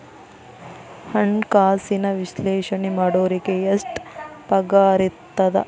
ಹಣ್ಕಾಸಿನ ವಿಶ್ಲೇಷಣೆ ಮಾಡೋರಿಗೆ ಎಷ್ಟ್ ಪಗಾರಿರ್ತದ?